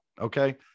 Okay